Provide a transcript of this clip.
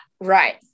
right